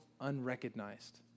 unrecognized